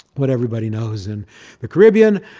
what everybody knows in the caribbean.